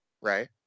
Right